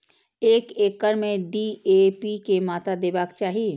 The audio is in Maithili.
एक एकड़ में डी.ए.पी के मात्रा देबाक चाही?